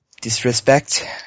Disrespect